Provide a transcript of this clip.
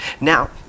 Now